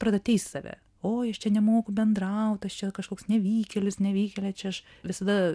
pradeda teist save oi aš čia nemoku bendraut aš čia kažkoks nevykėlis nevykėlė čia aš visada